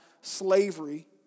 slavery